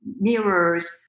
mirrors